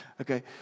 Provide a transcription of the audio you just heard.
Okay